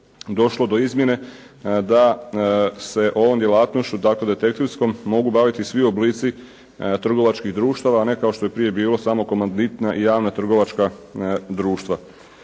došlo do izmjene da se ovom djelatnošću, dakle detektivskom mogu baviti svi oblici trgovačkih društava, a ne kao što je prije bilo samo komanditna i javna trgovačka društva.